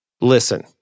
Listen